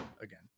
again